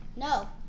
No